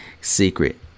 Secret